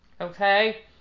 Okay